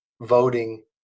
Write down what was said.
voting